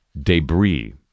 debris